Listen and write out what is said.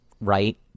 right